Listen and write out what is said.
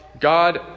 God